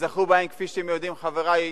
וזכו בהם, כפי שאתם יודעים, חברי,